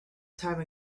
time